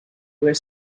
where